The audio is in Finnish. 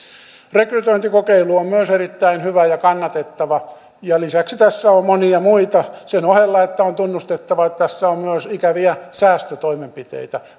rekrytointikokeilu on myös erittäin hyvä ja kannatettava ja lisäksi tässä on monia muita sen ohella että on tunnustettava että tässä on myös ikäviä säästötoimenpiteitä